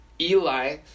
Eli